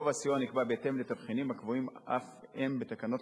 גובה הסיוע נקבע בהתאם לתבחינים הקבועים אף הם בתקנות